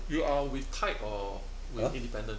you are with tied or with independent